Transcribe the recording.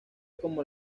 con